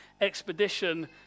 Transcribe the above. expedition